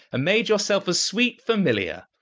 made yourself a sweet familiar.